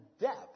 depth